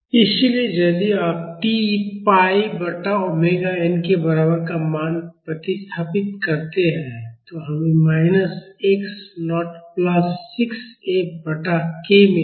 इसलिए यदि आप t pi बटा ओमेगा n के बराबर का मान प्रतिस्थापित करते हैं तो हमें minus x nought plus 6 F बटा k मिलेगा